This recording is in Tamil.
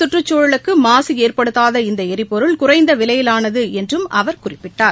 சுற்றுச்சூழலுக்கு மாசு ஏற்படுத்தாத இந்த ளரிபொருள் குறைந்த விலையிலானது என்றும் அவர் குறிப்பிட்டார்